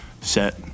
set